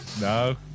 No